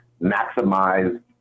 maximize